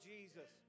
Jesus